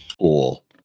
Cool